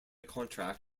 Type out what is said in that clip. contract